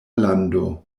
lando